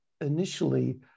initially